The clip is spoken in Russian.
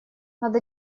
надо